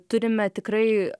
turime tikrai